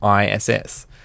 ISS